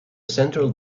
central